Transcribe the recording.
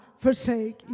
forsake